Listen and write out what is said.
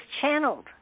channeled